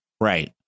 Right